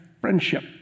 friendship